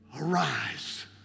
arise